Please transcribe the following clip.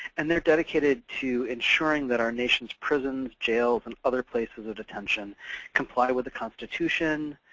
and they're dedicated to ensuring that our nation's prisons, jails, and other places of detention comply with the constitution,